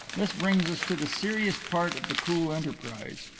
this brings us to the serious part of the cool enterprise.